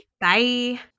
Bye